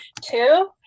Two